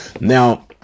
now